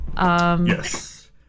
Yes